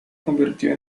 convirtió